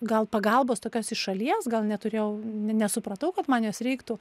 gal pagalbos tokios iš šalies gal neturėjau ne nesupratau kad man jos reiktų